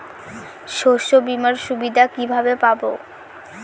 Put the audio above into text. শস্যবিমার সুবিধা কিভাবে পাবো?